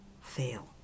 fail